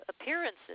appearances